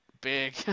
big